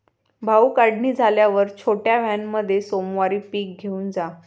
भाऊ, काढणी झाल्यावर छोट्या व्हॅनमध्ये सोमवारी पीक घेऊन जा